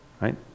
Right